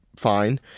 fine